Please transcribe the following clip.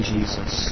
Jesus